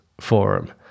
forum